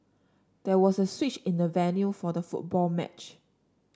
there was a switch in the venue for the football match